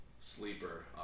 Sleeper